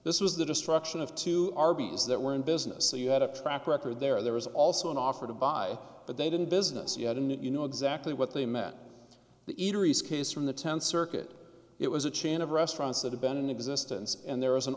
this was the destruction of two arby's that were in business so you had a track record there there was also an offer to buy but they didn't business you had a new you know exactly what they meant the eateries case from the tenth circuit it was a chain of restaurants that have been in existence and